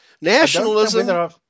nationalism